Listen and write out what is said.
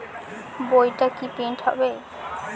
বইটা কি প্রিন্ট হবে?